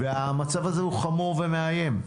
והמצב הזה הוא חמור ומאיים.